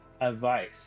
advice